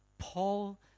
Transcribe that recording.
Paul